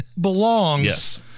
belongs